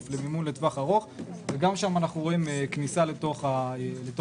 למימון לטווח ארוך וגם שם אנחנו רואים כניסה לתוך הפרויקטים.